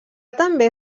també